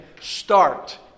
start